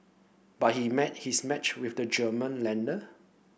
but he met his match with the German lender